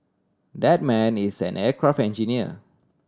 that man is an aircraft engineer